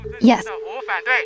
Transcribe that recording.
Yes